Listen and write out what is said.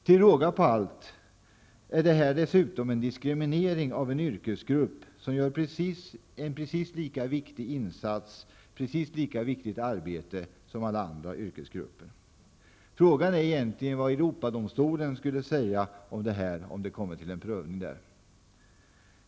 Till råga på allt är det här dessutom en diskriminering av en yrkesgrupp som gör en precis lika viktig insats och ett precis lika viktigt arbete som alla andra yrkesgrupper. Frågan är vad Europadomstolen skulle säga om detta om det kom till en prövning där.